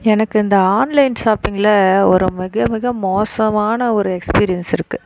எனக்கு இந்த ஆன்லைன் ஷாப்பிங்ல ஒரு மிக மிக மோசமான ஒரு எக்ஸ்பீரியன்ஸ் இருக்குது